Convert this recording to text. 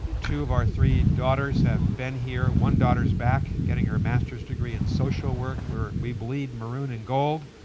two of our three daughters have been here. one daughter's back getting her master's degree in social work where we bleed maroon and gold.